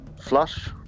Flush